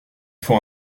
faut